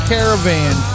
Caravan